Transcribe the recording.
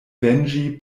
venĝi